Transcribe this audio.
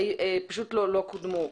הם פשוט לא קודמו.